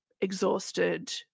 exhausted